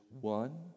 one